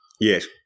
Yes